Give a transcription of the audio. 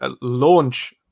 launch